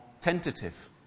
tentative